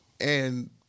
and-